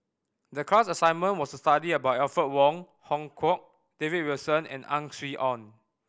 the class assignment was to study about Alfred Wong Hong Kwok David Wilson and Ang Swee Aun